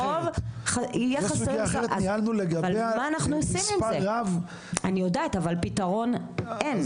זאת סוגיה אחרת ניהלנו לגביה מספר רב --- אני יודעת אבל פתרון אין.